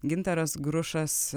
gintaras grušas